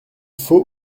faut